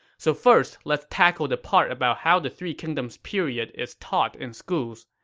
so first, let's tackle the part about how the three kingdoms period is taught in schools.